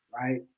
right